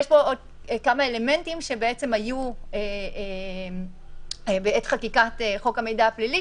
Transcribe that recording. יש פה עוד כמה אלמנטים שבעצם היו בעת חקיקת חוק המידע הפלילי,